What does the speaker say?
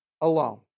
alone